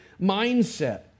mindset